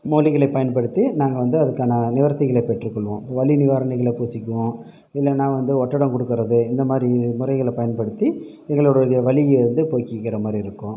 மூலிகைகளை பயன்படுத்தி நாங்கள் வந்து அதுக்கான நிவர்த்திகளை பெற்றுக்கொள்வோம் வலி நிவாரணிகளை பூசிக்குவோம் இல்லைனா வந்து ஒத்தடம் கொடுக்கறது இந்தமாதிரி முறைகளை பயன்படுத்தி எங்களோடய இந்த வலியை வந்து போக்கிக்கின்ற மாதிரி இருக்கும்